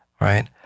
right